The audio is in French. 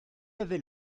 avait